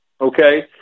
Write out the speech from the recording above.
Okay